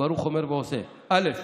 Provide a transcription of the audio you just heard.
שברוך אומר ועושה: א.